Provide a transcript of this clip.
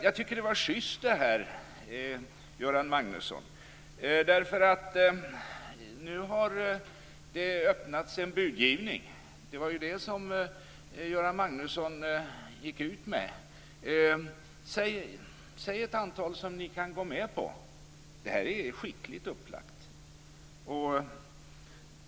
Jag tycker att det här var sjyst, Göran Magnusson, därför att nu har det öppnats för en budgivning. Det var ju något som Göran Magnusson gick ut med, nämligen att vi skulle säga ett antal som ni kan gå med på. Det här är skickligt upplagt.